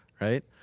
right